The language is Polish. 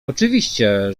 oczywiście